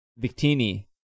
Victini